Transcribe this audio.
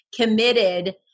committed